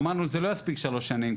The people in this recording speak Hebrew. אמרנו זה לא יספיק שלוש שנים,